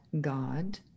god